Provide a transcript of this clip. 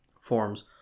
forms